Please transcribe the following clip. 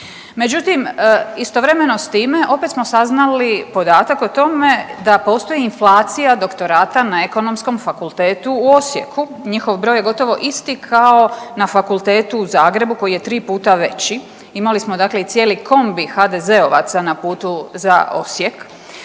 Međutim, istovremeno s time opet smo saznali podatak o tome da postoji inflacija doktorata na Ekonomskom fakultetu u Osijeku, njihov broj je gotovo isti kao na fakultetu u Zagrebu koji je 3 puta veći, imali smo dakle i cijeli kombi HDZ-ovaca na putu za Osijek,